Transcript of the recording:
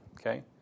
okay